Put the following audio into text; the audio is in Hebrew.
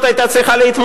סיימת?